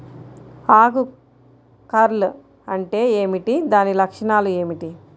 ఆకు కర్ల్ అంటే ఏమిటి? దాని లక్షణాలు ఏమిటి?